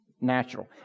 natural